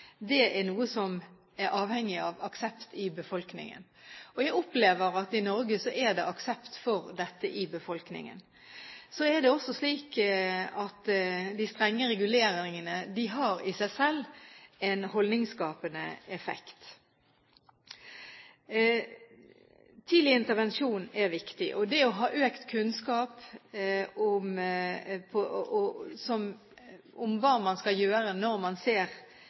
i Norge er det aksept for dette i befolkningen. Det er også slik at de strenge reguleringene i seg selv har en holdningsskapende effekt. Tidlig intervensjon er viktig. Når det gjelder det å ha økt kunnskap om hva man skal gjøre når man f.eks. ser